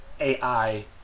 AI